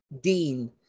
dean